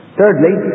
thirdly